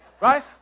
Right